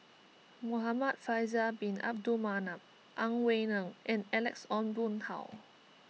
Muhamad Faisal Bin Abdul Manap Ang Wei Neng and Alex Ong Boon Hau